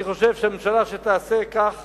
אני חושב שהממשלה שתעשה כך